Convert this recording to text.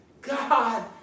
God